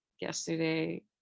yesterday